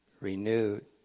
renewed